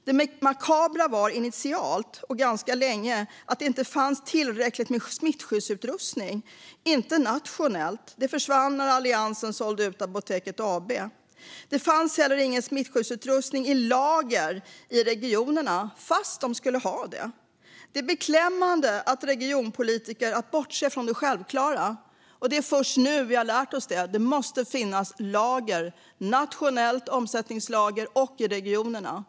Det makabra var att det initialt och ganska länge inte fanns tillräckligt med smittskyddsutrustning. Det fanns inte nationellt. Det försvann när Alliansen sålde ut Apoteket AB. Det fanns heller ingen smittskyddsutrustning i lager i regionerna, fast de skulle ha det. Det är beklämmande att regionpolitiker kunnat bortse från det självklara. Det är först nu vi har lärt oss. Det måste finnas lager nationellt och omsättningslager i regionerna.